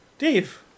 Dave